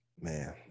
man